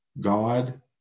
God